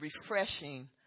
refreshing